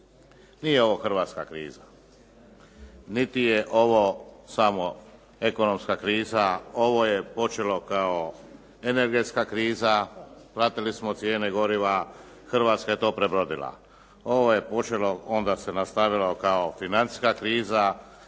nije ovo hrvatska kriza, niti je ovo samo ekonomska kriza, ovo je počelo kao energetska kriza, platiti smo cijene goriva, Hrvatska je to prebrodila. Ovo je počelo, onda se nastavilo kao financijska kriza,